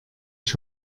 ich